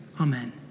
Amen